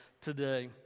today